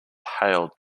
hailed